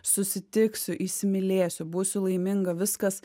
susitiksiu įsimylėsiu būsiu laiminga viskas